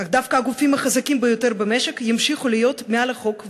אך דווקא הגופים החזקים ביותר במשק ימשיכו להיות מעל החוק,